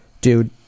Dude